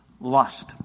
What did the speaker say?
lust